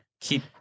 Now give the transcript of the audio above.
keep